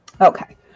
Okay